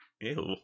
ew